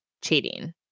cheating